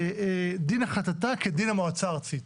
דין החלטתה כדין המועצה הארצית.